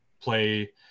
play